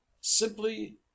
simply